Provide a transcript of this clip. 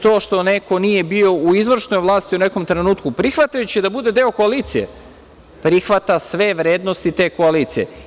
To što neko nije bio u izvršnoj vlasti u nekom trenutku, prihvatajući da bude deo koalicije, prihvata sve vrednosti te koalicije.